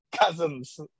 cousins